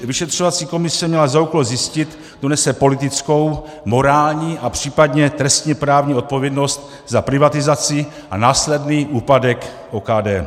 Vyšetřovací komise měla za úkol zjistit, kdo nese politickou, morální a případně trestněprávní odpovědnost za privatizaci a následný úpadek OKD.